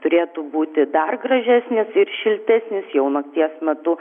turėtų būti dar gražesnis ir šiltesnis jau nakties metu